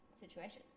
situation